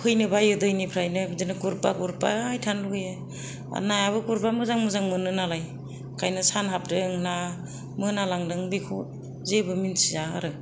फैनो बायो दैनिफ्रायनो गुरब्ला गुरबाय थानो लुबैयो नायाबो गुरब्ला मोजां मोजां मोनो नालाय ओंखायनो सान हाबदों ना मोनालांदों जेबो मिथिया आरो